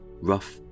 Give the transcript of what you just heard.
rough